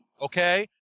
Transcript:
okay